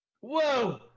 Whoa